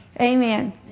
Amen